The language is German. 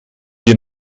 wir